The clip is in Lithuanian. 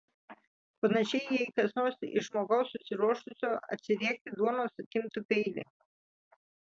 panašiai jei kas nors iš žmogaus susiruošusio atsiriekti duonos atimtų peilį